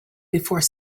before